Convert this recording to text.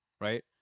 right